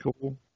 cool